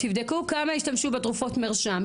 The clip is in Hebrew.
תבדקו כמה השתמשו בתרופות מרשם,